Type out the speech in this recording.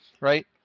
right